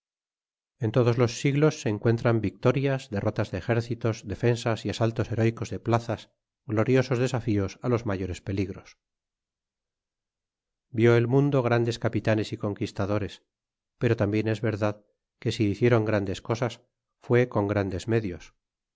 en todos los siglos se encuentran victorias dei rotas de ejércitos defensas y asaltos hertiicos de plazas gloriosos desafios los mayores peligros vid el mundo grandes capitanes y conquistadores pero tambien es verdad que si hicieron grandes cosas fué con grandes medios